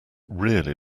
really